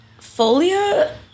Folia